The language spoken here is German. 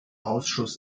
ausschuss